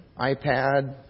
iPad